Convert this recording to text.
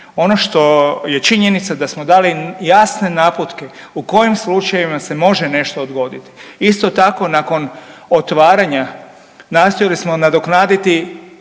Ono što je činjenica da smo dali jasne naputke u kojim slučajevima se može nešto odgoditi. Isto tako nakon otvaranja nastojali smo nadoknaditi